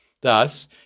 Thus